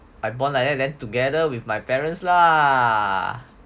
I born like that then together with my parents lah